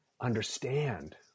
understand